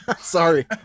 Sorry